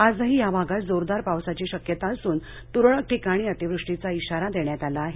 आजही या भागात जोरदार पावसाची शक्यता असून तुरळक ठिकाणी अतिवृष्टीचा इशारा देण्यात आला आहे